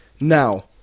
Now